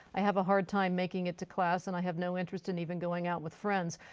i have a hard time making it to class and i have no interest in even going out with friends.